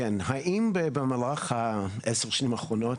האם במהלך עשר השנים האחרונות